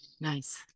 Nice